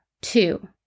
Two